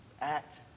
act